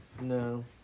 No